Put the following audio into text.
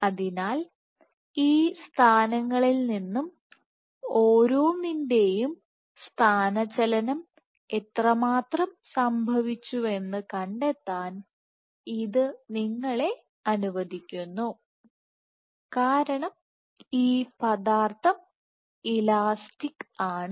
അതിനാൽ ഈ സ്ഥാനങ്ങളിൽ നിന്നും ഓരോന്നിന്റെയും സ്ഥാനചലനം എത്രമാത്രം സംഭവിച്ചുവെന്ന് കണ്ടെത്താൻ ഇത് നിങ്ങളെ അനുവദിക്കുന്നു കാരണം ഈ പദാർത്ഥം ഇലാസ്റ്റിക് ആണ്